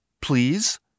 please